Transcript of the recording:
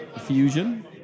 Fusion